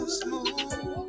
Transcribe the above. smooth